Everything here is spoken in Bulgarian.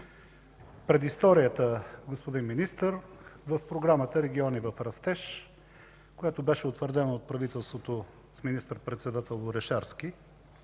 Предисторията, господин Министър. В програмата „Региони в растеж”, която беше утвърдена от правителството с министър-председател Орешарски,